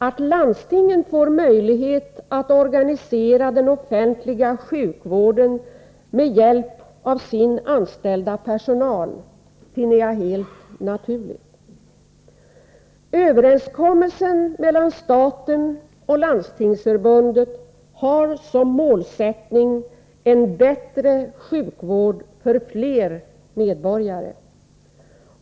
Att landstingen får möjlighet att organisera den offentliga sjukvården med hjälp av sin anställda personal finner jag helt naturligt. Överenskommelsen mellan staten och Landstingsförbundet har som målsättning en bättre sjukvård för fler medborgare.